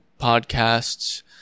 podcasts